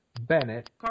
Bennett